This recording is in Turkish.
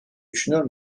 düşünüyor